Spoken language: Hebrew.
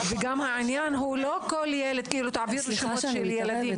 העניין הוא לא שנעביר שמות של ילדים,